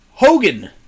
Hogan